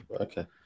Okay